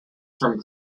from